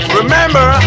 remember